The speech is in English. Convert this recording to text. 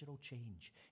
change